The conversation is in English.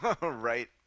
Right